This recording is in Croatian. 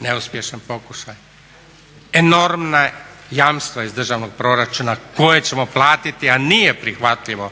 neuspješan pokušaj. Enormna jamstva iz državnog proračuna koje ćemo platiti, a nije prihvatljivo